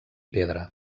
pedra